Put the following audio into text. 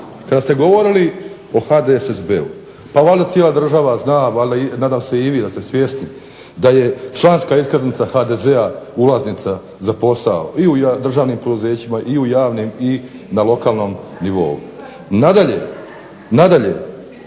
kada ste govorili o HDSSB-u pa valjda cijela država zna, a nadam se da ste i vi svjesni daje članska iskaznica HDZ-a ulaznica za posao i u državnim i javnim poduzećima i na lokalnom nivou. Nadalje, i sam